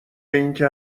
اینکه